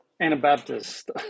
Anabaptist